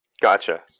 Gotcha